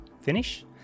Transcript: finish